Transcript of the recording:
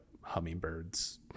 hummingbirds